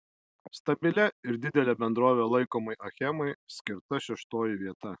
stabilia ir didele bendrove laikomai achemai skirta šeštoji vieta